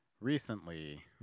recently